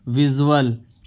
visual